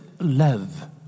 Love